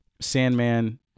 Sandman